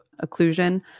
occlusion